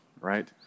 right